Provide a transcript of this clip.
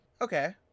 Okay